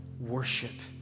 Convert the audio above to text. worship